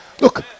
look